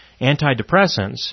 antidepressants